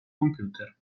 computer